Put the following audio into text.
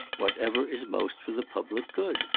whatever is most for the public good.